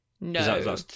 No